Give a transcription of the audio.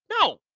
No